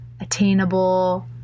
attainable